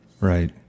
Right